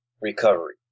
recovery